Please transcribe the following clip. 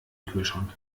kühlschrank